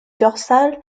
dorsale